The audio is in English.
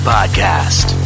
Podcast